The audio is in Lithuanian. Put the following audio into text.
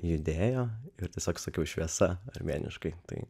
judėjo ir tiesiog sakiau šviesa armėniškai tai